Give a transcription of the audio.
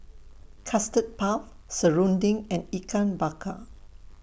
Custard Puff Serunding and Ikan Bakar